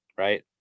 Right